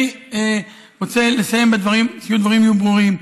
אני רוצה לסיים, ושהדברים יהיו ברורים: